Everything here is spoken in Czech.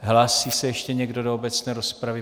Hlásí se ještě někdo do obecné rozpravy?